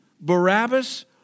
Barabbas